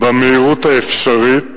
במהירות האפשרית.